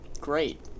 Great